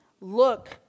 look